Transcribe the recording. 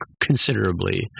considerably